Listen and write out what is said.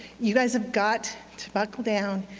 you guys have got to buckle down,